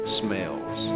smells